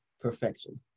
perfection